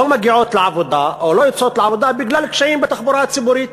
לא מגיעות לעבודה או לא יוצאות לעבודה בגלל קשיים של תחבורה ציבורית.